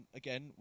again